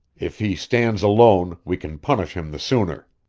if he stands alone, we can punish him the sooner.